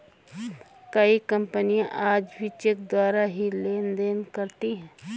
कई कपनियाँ आज भी चेक द्वारा ही लेन देन करती हैं